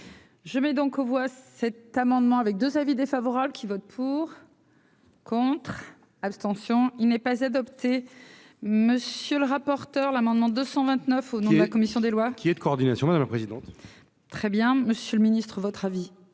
Je mets donc aux voix cet amendement avec 2 avis défavorables qui vote pour. Contre, abstention, il n'est pas adopté, monsieur le rapporteur, l'amendement 229 au nom de la commission des lois. Il est de coordination, madame la présidente. Très bien, Monsieur le Ministre votre avis